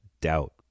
doubt